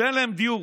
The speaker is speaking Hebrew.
שאין להם דיור